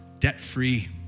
debt-free